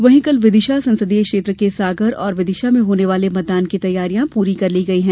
वही कल विदिशा संसदीय क्षेत्र के सागर और विदिशा में होने वाले मतदान की तैयारियां पूर्ण कर ली गयी है